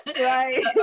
right